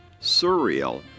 surreal